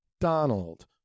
Donald